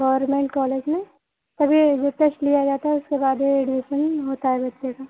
हाँ government college में तभी जब टेस्ट लिया जाता है उसके बाद ही एडमिशन होता है बच्चे का